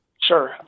Sure